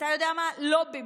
אתה יודע מה, לא במקום.